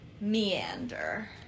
meander